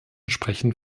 sprechen